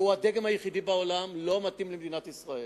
והוא הדגם היחידי בעולם, לא מתאים למדינת ישראל.